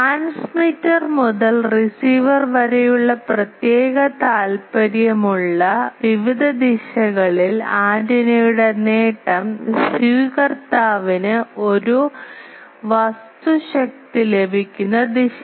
transmitter മുതൽ receiver വരെയുള്ള പ്രത്യേക താൽപ്പര്യമുള്ള വിവിധ ദിശകളിൽ ആന്റിനയുടെ നേട്ടം സ്വീകർത്താവിന് ഒരു വസ്തു ശക്തി ലഭിക്കുന്ന ദിശ